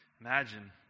Imagine